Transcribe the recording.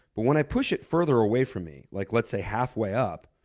but when i push it further away from me, like let's say halfway up,